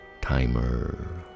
timer